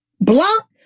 block